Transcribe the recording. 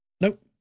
Nope